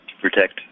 protect